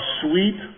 sweet